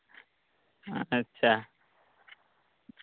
ᱟᱪᱪᱷᱟ